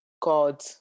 God